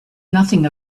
nothing